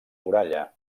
muralla